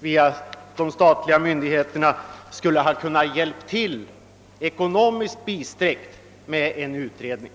via de statliga myndigheterna få ekonomisk hjälp med en utredning.